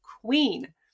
queen